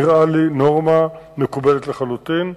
זה נראה לי נורמה מקובלת לחלוטין,